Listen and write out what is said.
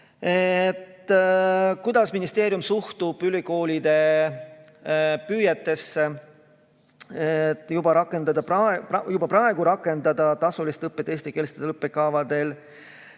kuidas ministeerium suhtub ülikoolide püüetesse juba praegu rakendada tasulist õpet eestikeelsetel õppekavadel.